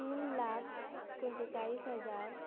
तीन लाख पंचेचाळीस हजार